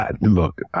Look